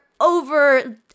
over